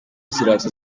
ziraza